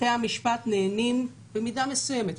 בתי המשפט נענים במידה מסוימת.